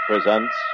presents